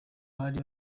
bari